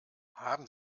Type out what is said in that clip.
haben